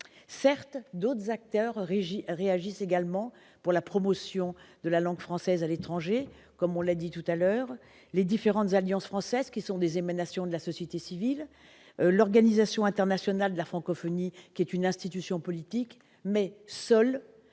Certes, d'autres acteurs agissent également pour la promotion de la langue française à l'étranger, comme les différentes Alliances françaises, qui sont des émanations de la société civile, ou l'Organisation internationale de la francophonie, qui est une institution politique, mais